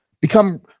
become